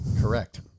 correct